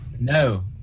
No